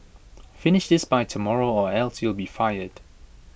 finish this by tomorrow or else you'll be fired